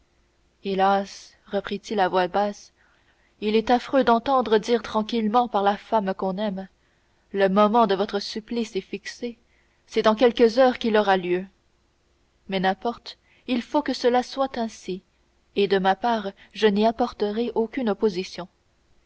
hélas reprit-il à voix basse il est affreux d'entendre dire tranquillement par la femme qu'on aime le moment de votre supplice est fixé c'est dans quelques heures qu'il aura lieu mais n'importe il faut que cela soit ainsi et de ma part je n'y apporterai aucune opposition